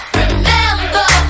remember